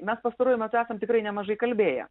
mes pastaruoju metu esam tikrai nemažai kalbėję